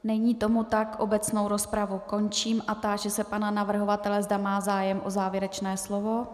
Není tomu tak, obecnou rozpravu končím a táži se pana navrhovatele, zda má zájem o závěrečné slovo.